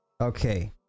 Okay